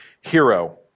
hero